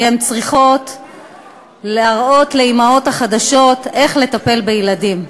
כי הן צריכות להראות לאימהות החדשות איך לטפל בילדים.